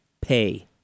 pay